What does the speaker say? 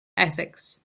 essex